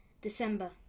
December